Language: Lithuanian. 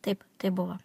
taip tai buvo